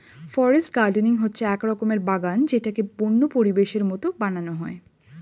forest gardening হচ্ছে এক রকমের বাগান যেটাকে বন্য পরিবেশের মতো বানানো হয়